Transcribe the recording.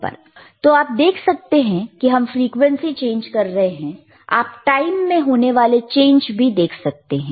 तो आप देख सकते हैं कि हम फ्रीक्वेंसी चेंज कर रहे हैं आप टाइम में होने वाला चेंज भी देख सकते हैं